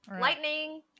Lightning